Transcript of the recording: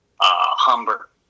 Humber